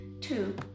Two